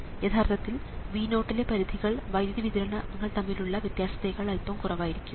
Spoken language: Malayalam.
യഥാർത്ഥത്തിൽ V0 ലെ പരിധികൾ വൈദ്യുതി വിതരണങ്ങൾ തമ്മിലുള്ള വ്യത്യാസത്തേക്കാൾ അൽപ്പം കുറവായിരിക്കും